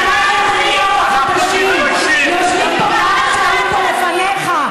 היו פה לפניך.